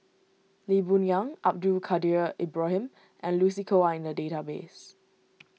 Lee Boon Yang Abdul Kadir Ibrahim and Lucy Koh are in the database